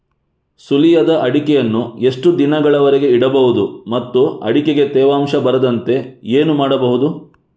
ಸುಲಿಯದ ಅಡಿಕೆಯನ್ನು ಎಷ್ಟು ದಿನಗಳವರೆಗೆ ಇಡಬಹುದು ಮತ್ತು ಅಡಿಕೆಗೆ ತೇವಾಂಶ ಬರದಂತೆ ಏನು ಮಾಡಬಹುದು?